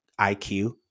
iq